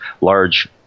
large